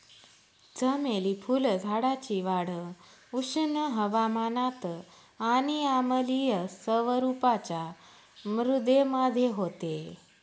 चमेली फुलझाडाची वाढ उष्ण हवामानात आणि आम्लीय स्वरूपाच्या मृदेमध्ये होते